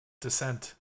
Descent